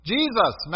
Jesus